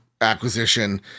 acquisition